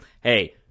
hey